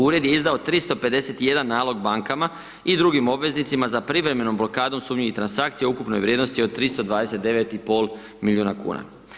Ured je izdao 351 nalog bankama i drugim obveznicima za privremenu blokadu sumnjivih transakcija ukupne vrijednosti od 329,5 milijuna kuna.